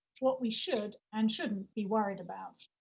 what we should and shouldn't be worried about.